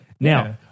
Now